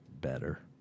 better